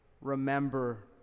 Remember